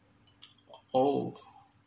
oh